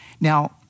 Now